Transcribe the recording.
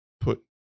put